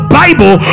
bible